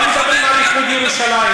גם אבל מדברים על איחוד ירושלים.